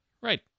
Right